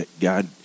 God